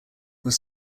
was